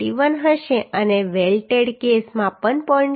7l હશે અને welded કેસમાં પણ તે 0